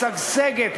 משגשגת,